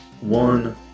one